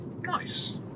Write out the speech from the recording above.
Nice